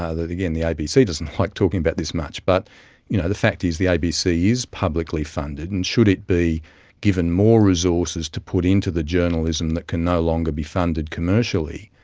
ah that again the abc does and like talking about this much, but you know the fact is the abc is publicly funded, and should it be given more resources to put into the journalism that can no longer be funded commercially,